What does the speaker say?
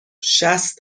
شصت